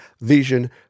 Vision